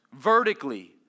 vertically